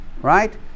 right